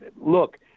look